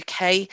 UK